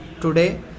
today